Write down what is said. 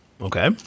Okay